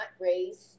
raised